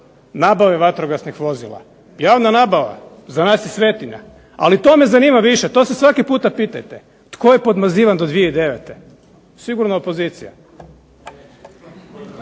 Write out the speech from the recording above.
nabave vatrogasnih vozila. Javna nabava za nas je svetinja. Ali to me zanima više, to se svaki puta pitajte tko je podmazivan do 2009.? Sigurno opozicija.